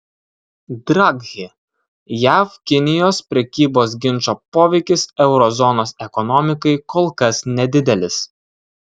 draghi jav kinijos prekybos ginčo poveikis euro zonos ekonomikai kol kas nedidelis